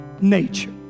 nature